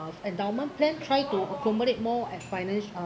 endowment plan try to accommodate more at financ~ uh